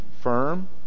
firm